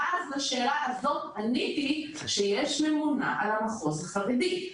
ואז לשאלה הזאת עניתי שיש ממונה על המחוז החרדי.